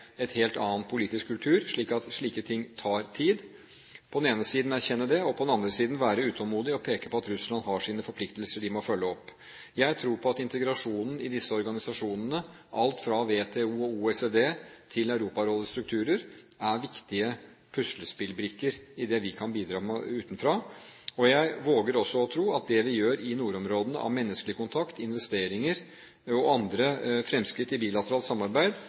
helt annen politisk kultur, så slike ting tar tid – og på den andre siden å være utålmodig og peke på at Russland har sine forpliktelser som de må følge opp. Jeg tror på at integrasjonen i disse organisasjonene, alt fra WTO og OECD til Europarådets strukturer, er viktige puslespillbrikker i det vi kan bidra med utenfra. Jeg våger også å tro at det vi har av menneskelig kontakt i nordområdene – investeringer og andre fremskritt i bilateralt samarbeid